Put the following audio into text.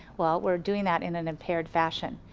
well we're doing that in an impaired fashion.